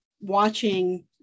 watching